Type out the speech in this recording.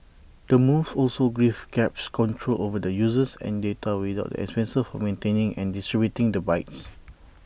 the move also gives grab's control over the users and data without expenses of maintaining and distributing the bikes